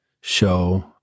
show